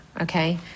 Okay